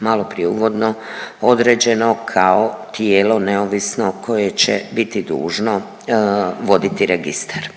maloprije uvodno određeno kao tijelo neovisno koje će biti dužno voditi registar.